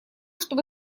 чтобы